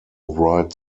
wright